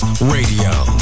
Radio